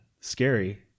scary